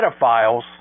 pedophiles